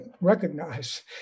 recognize